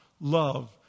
love